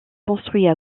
construits